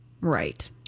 Right